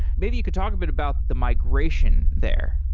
maybe you could talk a bit about the migration there.